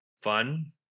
fun